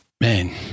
man